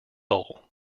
soul